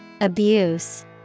Abuse